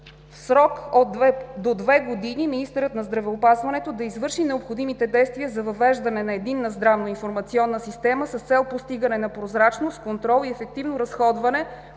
„В срок до две години министърът на здравеопазването да извърши необходимите действия за въвеждане на единна здравна информационна система с цел постигане на прозрачност, контрол и ефективно разходване